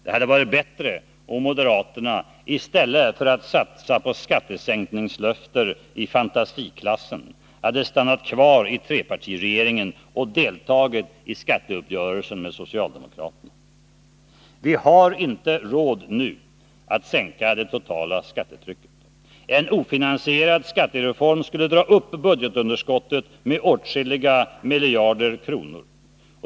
Det hade varit bättre om moderaterna i stället för att satsa på skattesänkningslöften i fantasiklassen hade stannat kvar i trepartiregeringen och deltagit i skatteuppgörelsen med socialdemokraterna. Vi har inte råd nu att sänka det totala skattetrycket. En ofinansierad skattereform skulle dra upp budgetunderskottet med åtskilliga miljarder kronor.